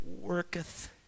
worketh